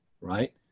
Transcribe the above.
right